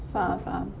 faham faham